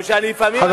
אבל כשלפעמים,